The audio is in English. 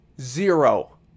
Zero